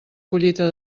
collita